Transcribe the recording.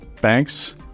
Banks